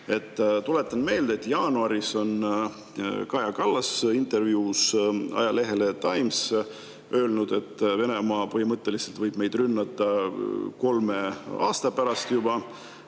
Tuletan meelde, et jaanuaris on Kaja Kallas intervjuus ajalehele Times öelnud, et Venemaa põhimõtteliselt võib meid rünnata juba kolme aasta pärast.